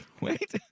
Wait